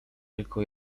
tylko